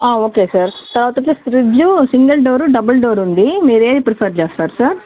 ఆ okay sir తరువాత వచ్చి fridge single door double door ఉంది మీరు ఏది ప్రిఫర్ చేస్తారు సార్